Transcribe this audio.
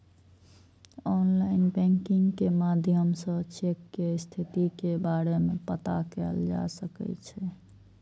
online banking के माध्यम सं चेक के स्थिति के बारे मे पता कैल जा सकै छै